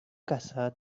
casa